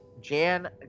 Jan